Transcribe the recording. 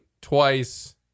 twice